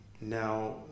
now